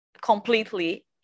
completely